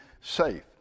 safe